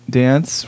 dance